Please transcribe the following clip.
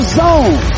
zone